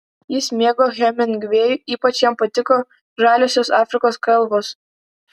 jis mėgo hemingvėjų ypač jam patiko žaliosios afrikos kalvos